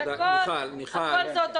הכול אותו דבר.